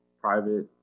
private